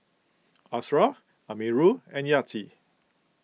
Ashraff Amirul and Yati